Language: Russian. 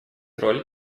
роль